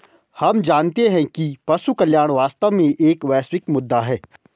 हम मानते हैं कि पशु कल्याण वास्तव में एक वैश्विक मुद्दा है